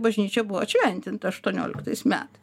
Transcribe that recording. bažnyčia buvo atšventinta aštuonioliktais met